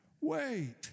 Wait